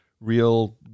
real